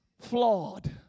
flawed